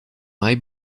mai